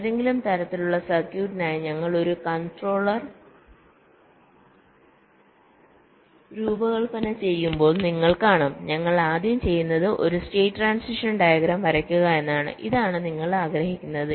ഏതെങ്കിലും തരത്തിലുള്ള സർക്യൂട്ടിനായി ഞങ്ങൾ ഒരു കൺട്രോളർ രൂപകൽപ്പന ചെയ്യുമ്പോൾ നിങ്ങൾ കാണും ഞങ്ങൾ ആദ്യം ചെയ്യുന്നത് ഒരു സ്റ്റേറ്റ് ട്രാന്സിഷൻ ഡയഗ്രം വരയ്ക്കുക എന്നതാണ് ഇതാണ് നിങ്ങൾ ആഗ്രഹിക്കുന്നത്